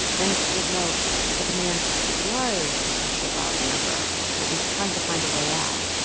then told mo that the man was a shabab member but was trying to find a way out